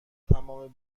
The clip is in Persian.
تمام